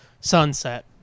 sunset